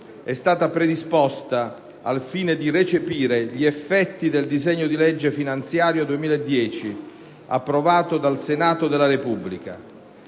è stata predisposta al fine di recepire gli effetti del disegno di legge finanziaria 2010 approvato dal Senato della Repubblica,